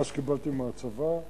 מה שקיבלתי מהצבא הוא